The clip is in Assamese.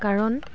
কাৰণ